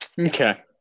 Okay